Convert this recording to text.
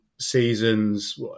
seasons